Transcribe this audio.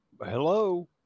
Hello